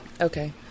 Okay